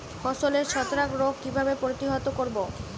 ফসলের ছত্রাক রোগ কিভাবে প্রতিহত করব?